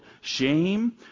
shame